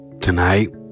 tonight